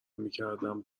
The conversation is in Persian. میکردم